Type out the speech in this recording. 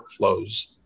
workflows